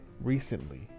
recently